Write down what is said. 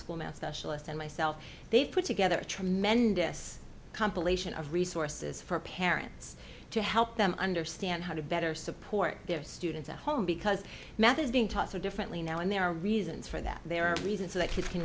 school math specialist and myself they put together a tremendous compilation of resources for parents to help them understand how to better support their students at home because math is being taught so differently now and there are reasons for that there are reasons that kids can